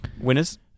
Winners